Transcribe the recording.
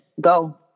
Go